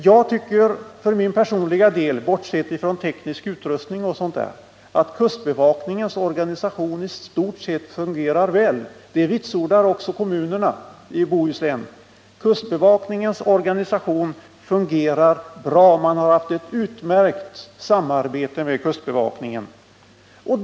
Jag tycker för min personliga del, bortsett från teknisk utrustning och sådant, att kustbevakningens organisation i stort sett fungerar väl. Det vitsordar också kommunerna i Bohuslän. Kustbevakningens organisation fungerar bra. Man har haft ett utmärkt samarbete med kustbevakningen.